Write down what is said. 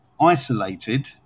isolated